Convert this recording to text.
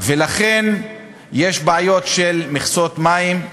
ולכן יש בעיות של מכסות מים.